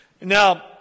Now